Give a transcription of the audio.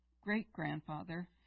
great-grandfather